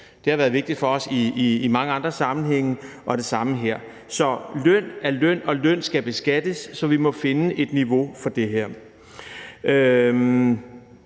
Det har været vigtigt for os i mange andre sammenhænge, og det samme gælder her. Så løn er løn, og løn skal beskattes. Så vi må finde et niveau for det her.